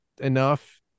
enough